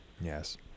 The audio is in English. Yes